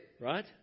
Right